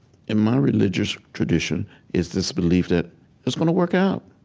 in my religious tradition is this belief that it's going to work out.